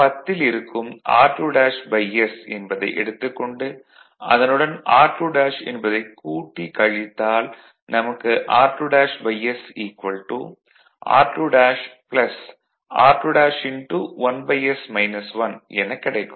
10 ல் இருக்கும் r2s என்பதை எடுத்துக் கொண்டு அதனுடன் r2 என்பதை கூட்டி கழித்தால் நமக்கு r2s r2 r2 1s 1 எனக் கிடைக்கும்